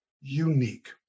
unique